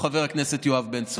חבר הכנסת יואב בן צור.